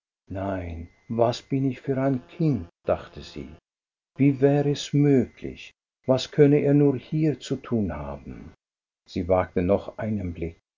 nein was bin ich für ein kind dachte sie wie wäre es möglich was könnte er nur hier zu tun haben sie wagte noch einen blick richtig